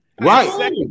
right